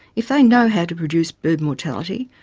if they know how to reduce bird mortality,